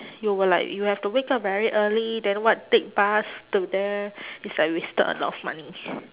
you will like you have to wake up very early then what take bus to there it's like wasted a lot of money